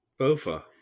Bofa